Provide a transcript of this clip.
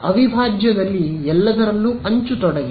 ಅವಿಭಾಜ್ಯದಲ್ಲಿ ಎಲ್ಲದರಲ್ಲೂ ಅಂಚು ತೊಡಗಿದೆ